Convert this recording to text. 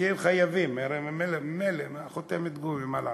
כי הם חייבים, הרי ממילא הם חותמת גומי, מה לעשות.